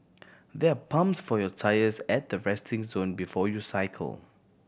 there are pumps for your tyres at the resting zone before you cycle